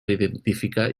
identificar